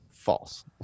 False